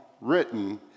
written